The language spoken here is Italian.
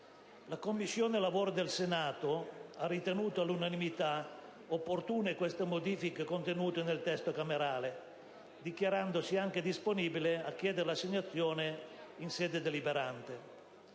La Commissione lavoro del Senato ha ritenuto, all'unanimità, opportune le modifiche contenute nel testo della Camera, dichiarandosi anche disponibile a chiedere l'assegnazione in sede deliberante.